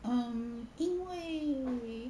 um 因为